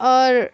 اور